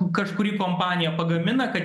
kažkuri kompanija pagamina kad